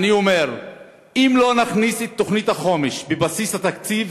אני אומר שאם לא נכניס את תוכנית החומש לבסיס התקציב,